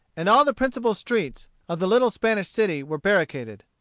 and all the principal streets of the little spanish city were barricaded.